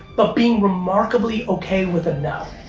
but being remarkably okay with a no.